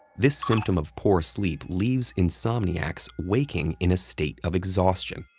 this symptom of poor sleep leaves insomniacs waking in a state of exhaustion,